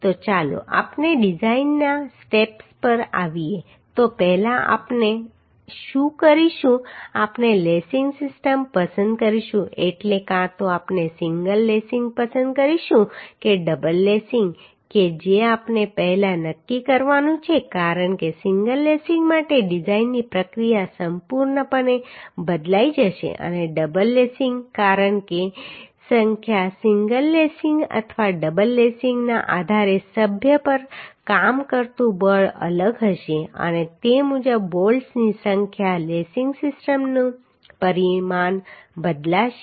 તો ચાલો આપણે ડીઝાઈનના સ્ટેપ્સ પર આવીએ તો પહેલા આપણે શું કરીશું આપણે લેસિંગ સિસ્ટમ પસંદ કરીશું એટલે કાં તો આપણે સિંગલ લેસિંગ પસંદ કરીશું કે ડબલ લેસિંગ કે જે આપણે પહેલા નક્કી કરવાનું છે કારણ કે સિંગલ લેસિંગ માટે ડિઝાઈનની પ્રક્રિયા સંપૂર્ણપણે બદલાઈ જશે અને ડબલ લેસિંગ કારણ કે સંખ્યા સિંગલ લેસિંગ અથવા ડબલ લેસિંગના આધારે સભ્ય પર કામ કરતું બળ અલગ હશે અને તે મુજબ બોલ્ટ્સની સંખ્યા લેસિંગ સિસ્ટમનું પરિમાણ બદલાશે